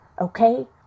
okay